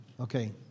okay